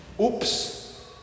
Oops